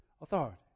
authority